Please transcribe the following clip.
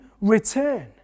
return